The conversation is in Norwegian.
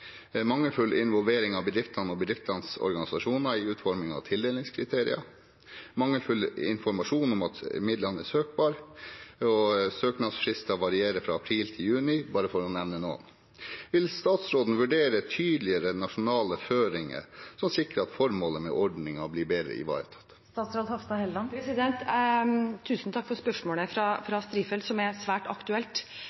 mangelfull involvering av bedriftene og bedriftenes organisasjoner i utformingen av tildelingskriterier, mangelfull informasjon om at midlene er søkbare, til at søknadsfrister varierer fra april til juni, bare for å nevne noe. Vil statsråden vurdere tydeligere nasjonale føringer som sikrer at formålet med ordningen blir bedre ivaretatt? Tusen takk for spørsmålet fra